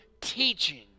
teaching